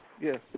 Yes